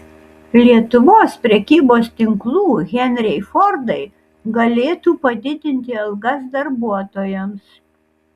lietuvos prekybos tinklų henriai fordai galėtų padidinti algas darbuotojams